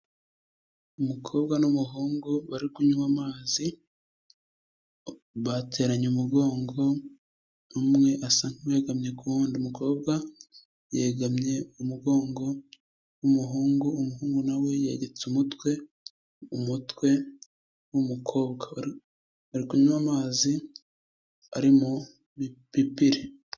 Umukobwa n'umuhungu bari kunywa amazi bateranye umugongo, umwe asa nk'uwegamye ku wundi, umukobwa yegamye umugongo w'umuhungu, umuhungu na we yagetse umutwe ku mutwe w'umukobwa, bari kunywa amazi ari mu bipipiri.